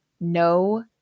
no